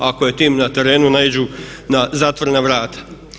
Ako je tim na terenu naiđu na zatvorena vrata.